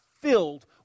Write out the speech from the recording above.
filled